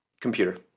Computer